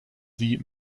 sie